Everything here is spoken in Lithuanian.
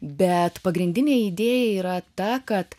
bet pagrindinė idėja yra ta kad